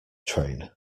train